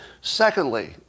Secondly